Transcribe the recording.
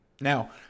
Now